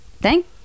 Thank